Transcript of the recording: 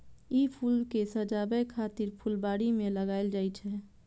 ई फूल कें सजाबै खातिर फुलबाड़ी मे लगाएल जाइ छै